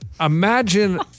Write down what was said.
Imagine